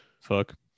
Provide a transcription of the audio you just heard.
Fuck